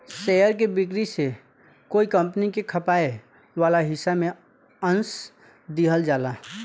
share के बिक्री से कोई कंपनी के खपाए वाला हिस्सा में अंस दिहल जाला